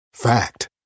Fact